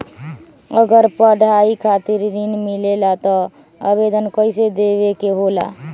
अगर पढ़ाई खातीर ऋण मिले ला त आवेदन कईसे देवे के होला?